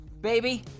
baby